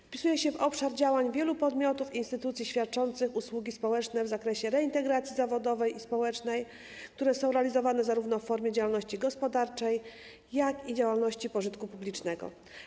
Wpisuje się w obszar działań wielu podmiotów i instytucji świadczących usługi społeczne w zakresie reintegracji zawodowej i społecznej, które są realizowane zarówno w formie działalności gospodarczej, jak i działalności pożytku publicznego.